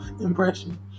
impression